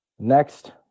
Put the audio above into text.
Next